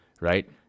right